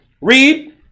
read